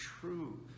true